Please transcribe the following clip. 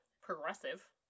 progressive